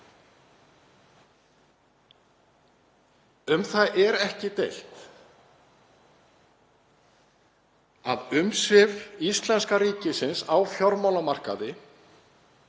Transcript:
Um það er ekki deilt að umsvif íslenska ríkisins á fjármálamarkaði